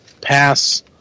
pass